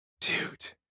Dude